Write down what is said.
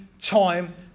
time